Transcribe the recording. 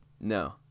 No